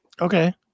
okay